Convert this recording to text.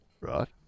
Right